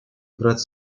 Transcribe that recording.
играть